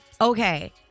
Okay